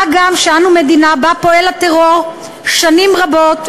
מה גם שאנו מדינה שבה פועל הטרור שנים רבות,